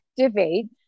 activate